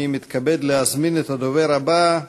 אני מתכבד להזמין את הדובר הבא,